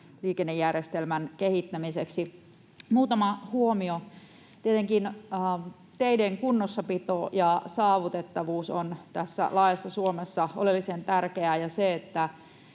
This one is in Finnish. liikennejärjestelmän kehittämiseksi. Muutama huomio: Tietenkin teiden kunnossapito ja saavutettavuus on laajassa Suomessa oleellisen tärkeää, ja vaikka